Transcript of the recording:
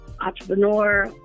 entrepreneur